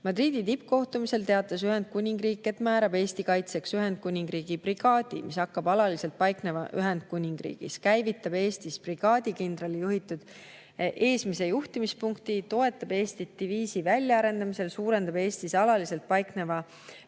Madridi tippkohtumisel teatas Ühendkuningriik, et määrab Eesti kaitseks Ühendkuningriigi brigaadi, mis hakkab alaliselt paiknema Ühendkuningriigis, käivitab Eestis brigaadikindrali juhitud eesmise juhtimispunkti, toetab Eestit diviisi väljaarendamisel, suurendab Eestis alaliselt paikneva